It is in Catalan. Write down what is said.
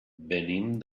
venim